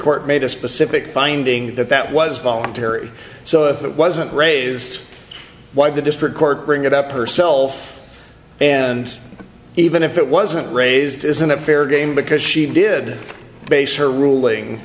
court made a specific finding that that was voluntary so if it wasn't raised why the district court bring it up her self and even if it wasn't raised isn't it fair game because she did base her ruling